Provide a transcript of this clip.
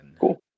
Cool